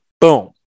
boom